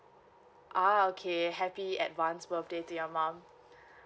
ah okay happy advance birthday to your mum